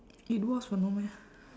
it was [what] no meh